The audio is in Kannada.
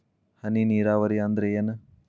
ಹನಿ ನೇರಾವರಿ ಅಂದ್ರ ಏನ್?